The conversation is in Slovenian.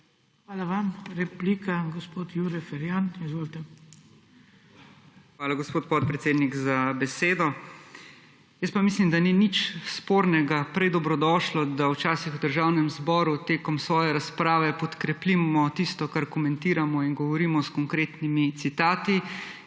Hvala vam. Replika gospod Jure Ferjan. **JURE FERJAN (PS SDS):** Hvala, gospod podpredsednik, za besedo. Jaz pa mislim, da ni nič spornega, prej dobrodošlo, da včasih v Državnem zboru tekom svoje razprave podkrepimo tisto, kar komentiramo in govorimo s konkretnimi citati